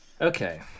Okay